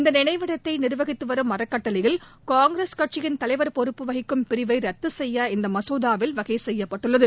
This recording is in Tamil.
இந்த நினைவிடத்தை நிர்வகித்து வரும் அறக்கட்டளையில் காங்கிரஸ் கட்சியின் தலைவர் பொறுப்பு வகிக்கும் பிரிவை ரத்து செய்ய இந்த மசோதாவில் வகை செய்யப்பட்டுள்ளது